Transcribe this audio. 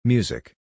Music